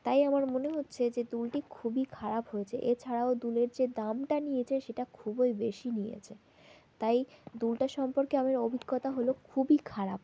তাই আমার মনে হচ্ছে যে দুলটি খুবই খারাপ হয়েছে এছাড়াও দুলের যে দামটা নিয়েছে সেটা খুবোই বেশি নিয়েছে তাই দুলটা সম্পর্কে আমার অভিজ্ঞতা হল খুবই খারাপ